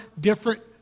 different